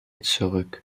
zurück